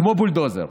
כמו בולדוזר,